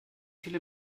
viele